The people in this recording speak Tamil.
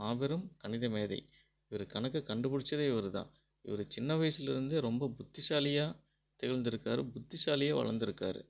மாபெரும் கணிதமேதை இவர் கணக்க கண்டுபிடிச்சதே இவரு தான் இவர் சின்ன வயசுலர்ந்தே ரொம்ப புத்திசாலியாக திகழ்ந்துருக்கார் புத்திசாலியாக வளந்துருக்கார்